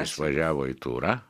išvažiavo į turą